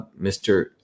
Mr